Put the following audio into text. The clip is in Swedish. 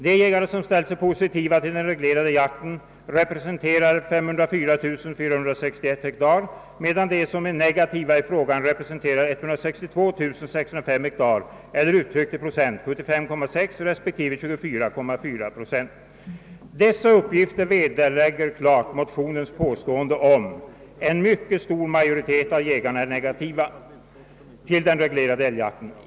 De jägare som ställt sig positiva till den reglerade jakten representerar 504 461 ha medan de som är negativa i frågan representerar 162 605 ha eller uttryckt i procent 75,6 respektive 24,4. Dessa uppgifter vederlägger klart motionens påstående om '”en mycket stor majoritet av jägarna är negativa ——— till den reglerade älgjakten”.